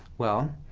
well,